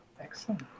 excellent